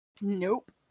Nope